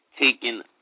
taken